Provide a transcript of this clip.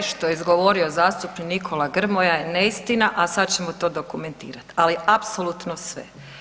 Sve što je izgovorio zastupnik Nikola Grmoja je neistina, a sad ćemo to dokumentirat, ali apsolutno sve.